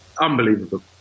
unbelievable